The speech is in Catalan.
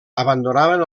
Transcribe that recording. abandonaven